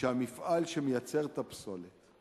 שהמפעל שמייצר את הפסולת,